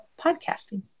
podcasting